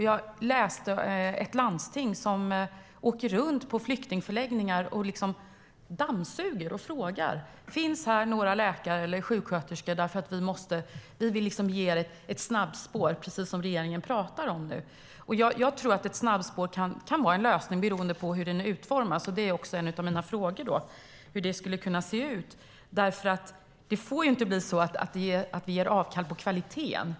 Jag läste om ett landsting som åker runt på flyktingförläggningar och frågar efter läkare och sjuksköterskor, för man vill ge dem ett snabbspår - precis som regeringen talar om. Jag tror att ett snabbspår kan vara en lösning, beroende på hur det utformas. En av mina frågor är därför hur ett sådant skulle kunna se ut. Det får ju inte bli så att vi gör avkall på kvaliteten.